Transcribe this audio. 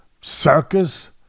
circus